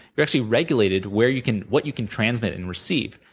you're actually regulated where you can what you can transmit and receive,